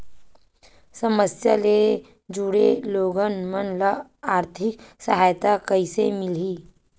समस्या ले जुड़े लोगन मन ल आर्थिक सहायता कइसे मिलही?